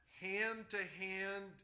hand-to-hand